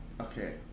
okay